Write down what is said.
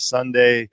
Sunday